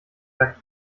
sagt